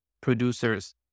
producers